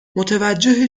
متوجه